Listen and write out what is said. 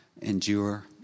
endure